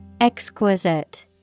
Exquisite